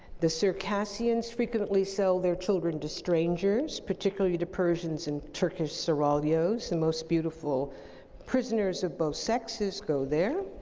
the circassians frequently sell their children to strangers, particularly to persians and turkish seraglios. the most beautiful prisoners of both sexes go there.